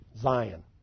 Zion